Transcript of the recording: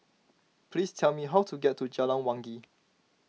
please tell me how to get to Jalan Wangi